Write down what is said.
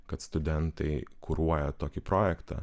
kad studentai kuruoja tokį projektą